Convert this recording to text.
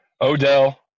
Odell